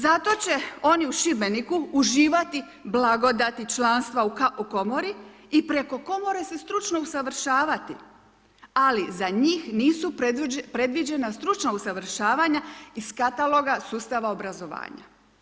Zato će oni u Šibeniku uživati blagodati članstva u komori i preko komore se stručno usavršavati ali za njih nisu predviđena stručna usavršavanja iz kataloga sustava obrazovanja.